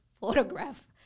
photograph